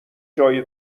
جای